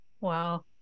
Wow